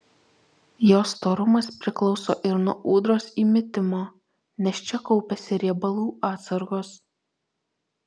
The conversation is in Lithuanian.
jos storumas priklauso ir nuo ūdros įmitimo nes čia kaupiasi riebalų atsargos